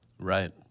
Right